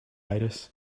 virus